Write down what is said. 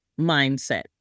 mindset